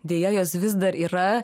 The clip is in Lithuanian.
deja jos vis dar yra